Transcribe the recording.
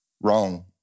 Wrong